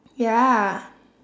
ya